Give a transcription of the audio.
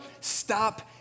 stop